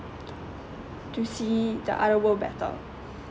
to see the other world better